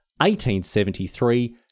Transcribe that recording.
1873